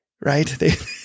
right